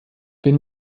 wenn